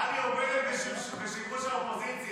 טלי עובדת בשיבוש האופוזיציה,